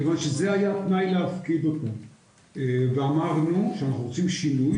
מכיוון שזה היה התנאי להפקיד אותו ואמרנו שאנחנו רוצים שינוי,